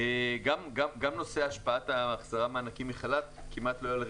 גם נושא השפעת מענקים להחזרת עובדים מחל"ת כמעט ולא היה לא